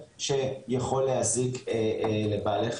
שצריך לעשות הפרדה בין CBD ובין שאר